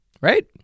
Right